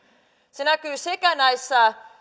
se näkyy sekä näissä